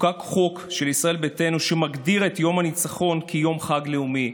חוקק חוק של ישראל ביתנו שמגדיר את יום הניצחון כיום חג לאומי,